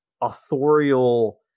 authorial